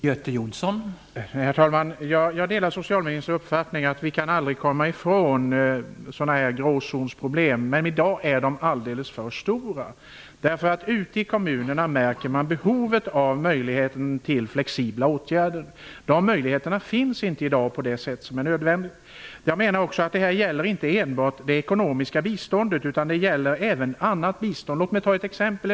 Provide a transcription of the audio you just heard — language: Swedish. Herr talman! Jag delar socialministerns uppfattning att vi aldrig kan komma ifrån gråzonsproblemen. Men i dag är de alldeles för stora. Ute i kommunerna märks behovet av möjligheten till flexibla åtgärder. De finns inte i dag på det sätt som är nödvändigt. Jag menar också att detta inte enbart gäller det ekonomiska biståndet utan även annat bistånd. Låt mig ta ett exempel.